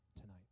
tonight